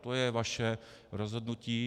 To je vaše rozhodnutí.